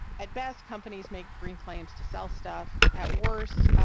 at best, companies make green claims to sell stuff, at worse,